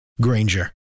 Granger